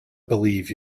believe